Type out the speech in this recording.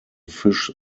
fish